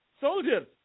soldiers